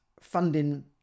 funding